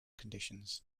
conditions